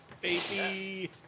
Baby